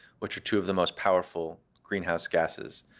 which are two of the most powerful greenhouse gases.